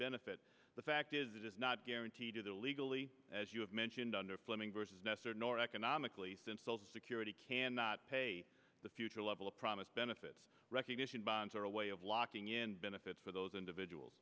benefit the fact is it is not guaranteed to the legally as you have mentioned under flemming versus nestor nor economically stem cell security cannot pay the future level of promised benefits recognition bonds are a way of locking in benefits for those individuals